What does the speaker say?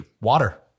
water